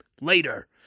later